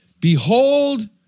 behold